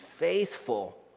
faithful